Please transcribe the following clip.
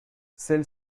celle